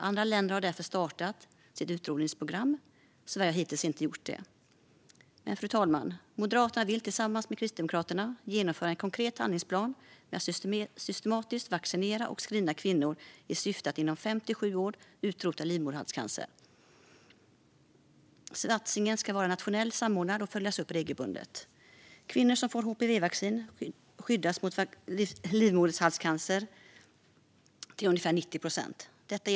Andra länder har därför startat sina utrotningsprogram, men Sverige har hittills inte gjort det. Moderaterna vill tillsammans med Kristdemokraterna genomföra en konkret handlingsplan med att systematiskt vaccinera och screena kvinnor i syfte att inom fem till sju år utrota livmoderhalscancer. Satsningen ska vara nationellt samordnad och följas upp regelbundet. Kvinnor som får HPV-vaccin skyddas till ungefär 90 procent mot livmoderhalscancer.